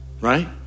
right